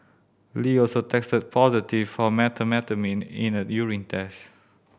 Lee also tested positive for methamphetamine in a urine test